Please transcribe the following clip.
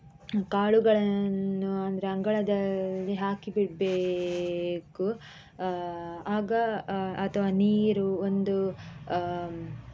ಕಾಳುಗಳನ್ನು ಅಂದರೆ ಅಂಗಳದಲ್ಲಿ ಹಾಕಿ ಬಿಡಬೇಕು ಆಗ ಅಥವಾ ನೀರು ಒಂದು